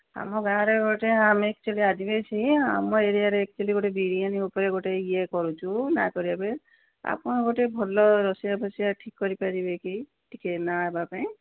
ଆମ ଗାଁରେ ଗୋଟେ ଆମେ ଏକ୍ଚୁଆଲି ଆଦିବାସୀ ଆମ ଏରିଆରେ ଏକ୍ଚୁଆଲି ଗୋଟେ ବିରିୟାନୀ ଉପରେ ଗୋଟେ ଇଏ କରୁଛୁ ନାଁ କରିବା ପାଇଁ ଆପଣ ଗୋଟେ ଭଲ ରୋଷେଇଆ ଫୋସିଆ ଠିକ୍ କରିପାରିବେ କି ଟିକିଏ ନାଁ ହେବା ପାଇଁ